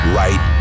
right